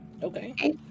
Okay